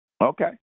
Okay